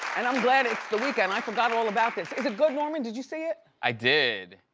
and i'm glad it's the weekend. i forgot all about this. is it good norman? did you see it? i did.